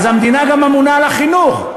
אז המדינה גם אמונה על החינוך,